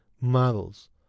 models